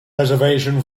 reservation